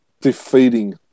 defeating